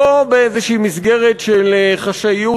לא באיזושהי מסגרת של חשאיות,